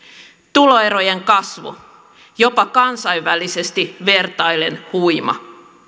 tuloerojen kasvu jopa kansainvälisesti vertaillen huima